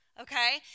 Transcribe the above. Okay